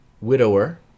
widower